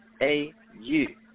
A-U